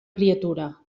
criatura